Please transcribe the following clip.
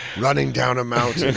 running down a mountain?